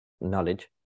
knowledge